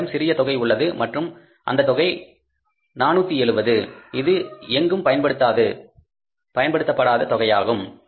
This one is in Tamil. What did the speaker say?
நம்மிடம் சிறிய தொகை உள்ளது மற்றும் அந்த தொகை 470 இது எங்கும் பயன்படுத்தாத தொகையாகும்